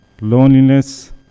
loneliness